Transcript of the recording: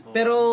Pero